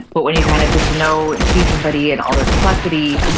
but when you kind of get to know and see somebody in all their complexity,